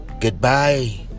Goodbye